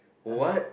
what